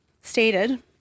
stated